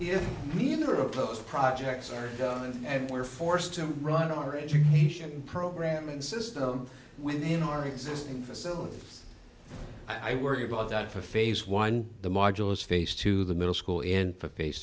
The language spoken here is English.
if either of those projects are done and we're forced to run our education program and system within our existing facilities i worry about that for phase one the modulus face to the middle school in the face